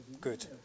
Good